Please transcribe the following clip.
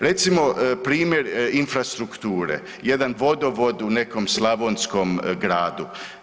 Recimo primjer infrastrukture, jedan vodovod u nekom slavonskom gradu.